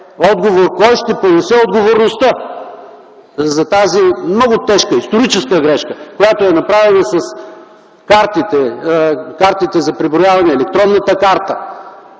кой ще понесе отговорността за тази много тежка историческа грешка, която е направена с картите за преброяване, с електронната карта.